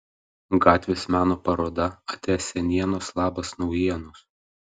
gatvės meno paroda ate senienos labas naujienos